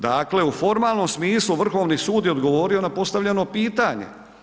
Dakle u formalnom smislu Vrhovni sud je odgovorio na postavljeno pitanje.